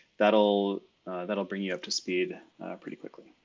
that'll that'll bring you up to speed pretty quickly.